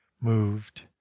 moved